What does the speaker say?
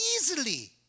easily